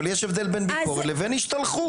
אבל יש הבדל בין ביקורת לבין השתלחות.